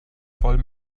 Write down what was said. voll